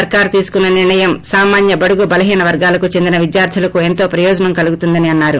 సర్కార్ తీసుకున్న నిర్ణయం సామాన్యబడుగు బలహీన వర్గాలకు చెందిన విద్యార్థులకు ఎంతో ప్రయోజనం కలుగుతుందని అన్నారు